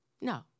no